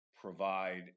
provide